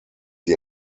die